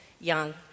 young